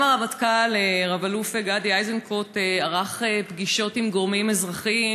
גם הרמטכ"ל רב-אלוף גדי אייזנקוט ערך פגישות עם גורמים אזרחיים